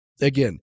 again